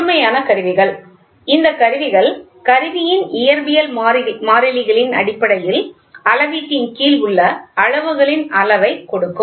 முழுமையான கருவிகள் இந்த கருவிகள் கருவியின் இயற்பியல் மாறிலிகளின் அடிப்படையில் அளவீட்டின் கீழ் உள்ள அளவுகளின் அளவைக் கொடுக்கும்